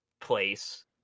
place